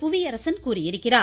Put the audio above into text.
புவியரசன் கூறியிருக்கிறார்